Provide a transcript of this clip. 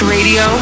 Radio